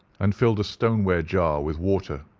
and filled a stoneware jar with water,